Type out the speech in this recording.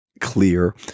clear